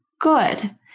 good